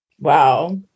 Wow